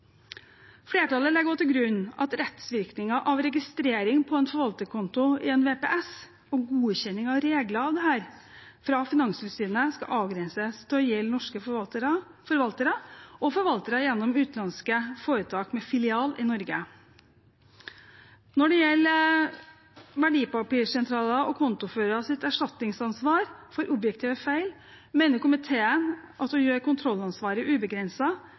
Flertallet legger også til grunn at rettsvirkningen av registrering på en forvalterkonto i en verdipapirsentral og godkjenning av regler for dette fra Finanstilsynet skal avgrenses til å gjelde norske forvaltere og forvaltere gjennom utenlandske foretak med filial i Norge. Når det gjelder verdipapirsentraler og kontoføreres erstatningsansvar for objektive feil, mener komiteen at å gjøre kontrollansvaret